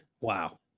Wow